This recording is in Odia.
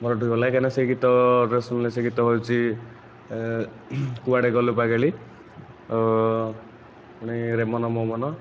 ବହୁତ ଭଲଲାଗେ କାଇଁନା ସେଇ ଗୀତ ଶୁଣିଲେ ସେ ଗୀତ ହେଉଛି ଏ କୁଆଡ଼େ ଗଲୁ ପାଗେଳି ରେ ମନ ମୋ ମନ